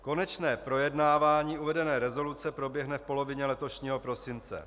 Konečné projednávání uvedené rezoluce proběhne v polovině letošního prosince.